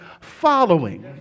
following